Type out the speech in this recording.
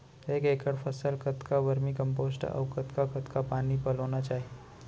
एक एकड़ फसल कतका वर्मीकम्पोस्ट अऊ कतका कतका पानी पलोना चाही?